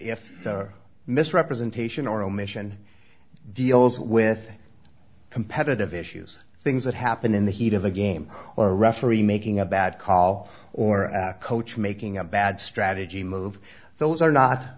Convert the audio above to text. the misrepresentation or omission deals with competitive issues things that happen in the heat of a game or a referee making a bad call or coach making a bad strategy move those are not